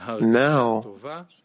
now